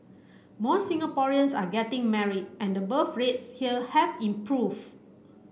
more Singaporeans are getting married and birth rates here have improved